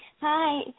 Hi